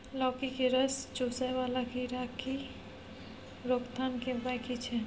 लौकी के रस चुसय वाला कीरा की रोकथाम के उपाय की छै?